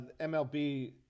MLB